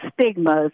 stigmas